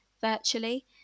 virtually